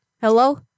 Hello